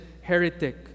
heretic